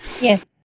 Yes